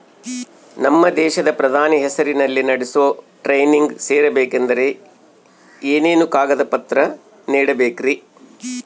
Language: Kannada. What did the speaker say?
ನಮ್ಮ ದೇಶದ ಪ್ರಧಾನಿ ಹೆಸರಲ್ಲಿ ನಡೆಸೋ ಟ್ರೈನಿಂಗ್ ಸೇರಬೇಕಂದರೆ ಏನೇನು ಕಾಗದ ಪತ್ರ ನೇಡಬೇಕ್ರಿ?